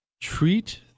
treat